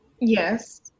Yes